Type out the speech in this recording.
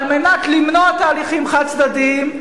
על מנת למנוע תהליכים חד-צדדיים,